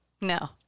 no